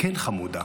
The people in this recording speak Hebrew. "כן, חמודה,